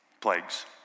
plagues